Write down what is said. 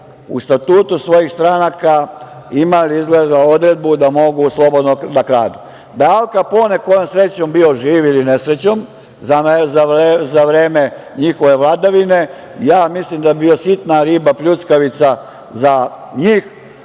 u statutu svojih stranaka imali izgleda odredbu da mogu slobodno ka kradu. Da je Al Kapone kojom srećom bio živ ili nesrećom za vreme njihove vladavine, mislim da bi bio sitna riba pljuckavica za njih